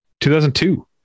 2002